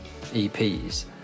EPs